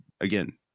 Again